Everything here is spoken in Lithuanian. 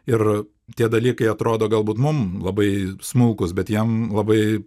ir tie dalykai atrodo galbūt mum labai smulkūs bet jiem labai